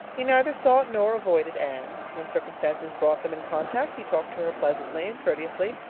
he neither sought nor avoided anne. when circumstances brought them in contact he talked to her pleasantly and courteously,